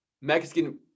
Mexican